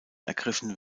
ergriffen